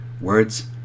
Words